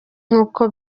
nk’uko